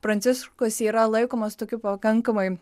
pranciškus yra laikomas tokiu pakankamai